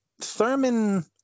Thurman